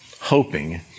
hoping